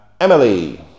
Emily